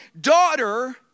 Daughter